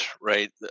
right